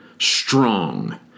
strong